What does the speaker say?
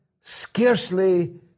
scarcely